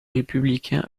républicain